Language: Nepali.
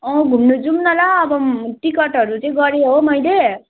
अँ घुम्नु जाऊँ न ल अब टिकटहरू चाहिँ गरेँ हो मैले